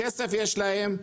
כסף יש להם,